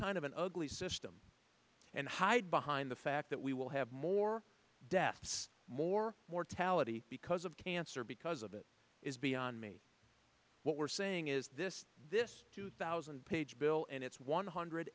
kind of an ugly system and hide behind the fact that we will have more deaths more mortality because of cancer because of it is beyond me what we're saying is this this two thousand page bill and its one